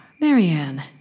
Marianne